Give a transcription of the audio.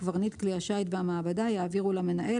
קברניט כלי השיט והמעבדה יעבירו למנהל